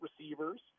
receivers